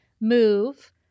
move